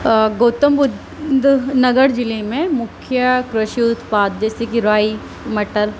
گوتم بدھ نگر ضلع میں مکھیا کرشی اتپاد جیسے کہ رائی مٹر